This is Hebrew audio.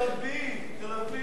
תל-אביב, תל-אביב, תל-אביב.